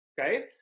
okay